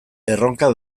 erronka